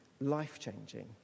life-changing